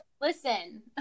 listen